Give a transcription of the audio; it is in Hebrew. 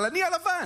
אבל אני הלבן.